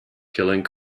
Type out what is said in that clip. killing